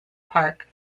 park